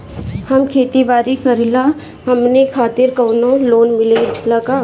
हम खेती बारी करिला हमनि खातिर कउनो लोन मिले ला का?